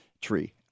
tree